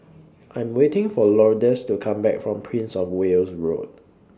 I Am waiting For Lourdes to Come Back from Prince of Wales Road